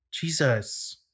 Jesus